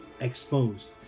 exposed